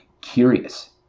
curious